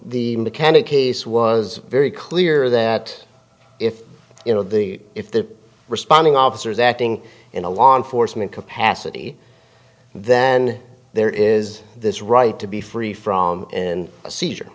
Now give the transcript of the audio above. the mechanic case was very clear that if you know the if the responding officer is acting in a law enforcement capacity then there is this right to be free from in a seizure